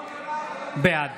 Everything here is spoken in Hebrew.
בעד